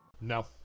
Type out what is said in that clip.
No